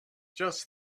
just